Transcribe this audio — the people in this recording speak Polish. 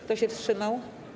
Kto się wstrzymał?